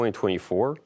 2024